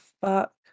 fuck